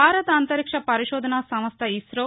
భారత అంతరిక్ష పరిశోదన సంస్ట ఇసో